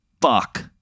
Fuck